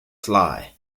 sly